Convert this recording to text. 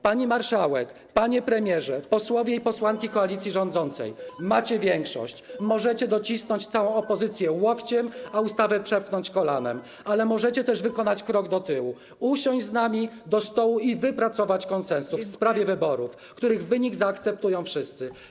Pani marszałek, panie premierze, posłowie i posłanki koalicji rządzącej, macie większość, możecie docisnąć całą opozycję łokciem, a ustawę przepchnąć kolanem, ale możecie też wykonać krok do tyłu, usiąść z nami do stołu i wypracować konsensus w sprawie wyborów, których wynik zaakceptują wszyscy.